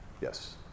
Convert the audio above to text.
Yes